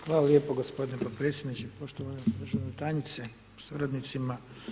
Hvala lijepo gospodine potpredsjedniče, poštovana državna tajnice sa suradnicima.